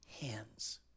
hands